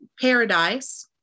paradise